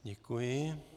Děkuji.